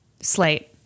Slate